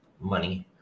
money